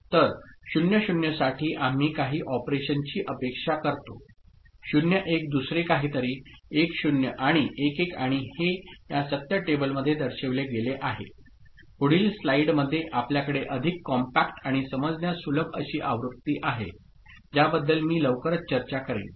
तर 00 साठी आम्ही काही ऑपरेशनची अपेक्षा करतो 01 दुसरे काहीतरी 10 आणि 11 आणि हे या सत्य टेबलमध्ये दर्शविले गेले आहे पुढील स्लाइडमध्ये आपल्याकडे अधिक कॉम्पॅक्ट आणि समजण्यास सुलभ अशी आवृत्ती आहे ज्याबद्दल मी लवकरच चर्चा करेन